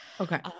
Okay